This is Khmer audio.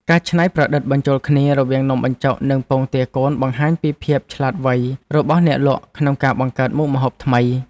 ការច្នៃប្រឌិតបញ្ចូលគ្នារវាងនំបញ្ចុកនិងពងទាកូនបង្ហាញពីភាពឆ្លាតវៃរបស់អ្នកលក់ក្នុងការបង្កើតមុខម្ហូបថ្មី។